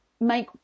make